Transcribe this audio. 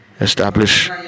establish